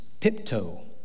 pipto